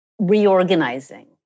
reorganizing